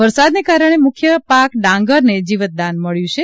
વરસાદને કારણે મુખ્ય પાક ડાંગરને જીવતદાન મળ્યું છે